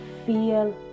Feel